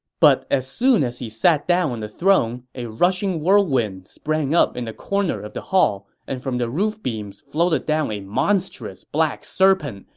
but as soon as he sat down on the throne, however, a rushing whirlwind sprang up in the corner of the hall, and from the roof beams floated down a monstrous black serpent,